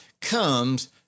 comes